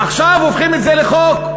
עכשיו הופכים את זה לחוק,